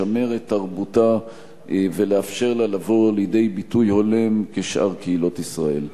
לשמר את תרבותה ולאפשר לה לבוא לידי ביטוי הולם כשאר קהילות ישראל.